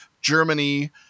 Germany